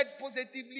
positively